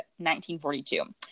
1942